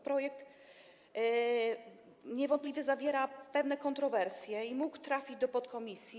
Projekt niewątpliwie zawiera pewne kontrowersje i mógł trafić do podkomisji.